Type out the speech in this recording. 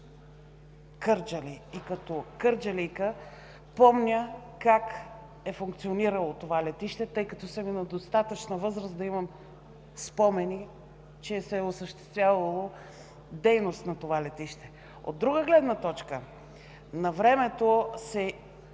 Кърджали и като кърджалийка помня как е функционирало това летище, тъй като съм на достатъчна възраст да имам спомени, че се е осъществявала дейност на това летище. От друга гледна точка, помня, че